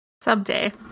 someday